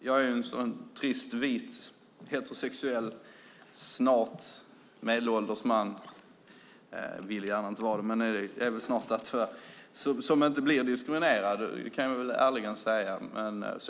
Jag är en trist, vit, heterosexuell, snart medelålders man - jag vill inte gärna vara det, men är väl tyvärr snart där - som inte blir diskriminerad, det kan jag ärligt säga.